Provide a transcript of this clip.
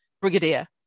brigadier